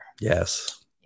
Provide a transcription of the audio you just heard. Yes